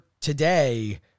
today